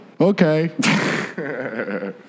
Okay